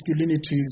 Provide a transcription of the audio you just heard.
masculinities